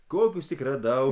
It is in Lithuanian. kokius tik radau